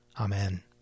Amen